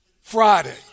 Friday